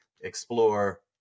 explore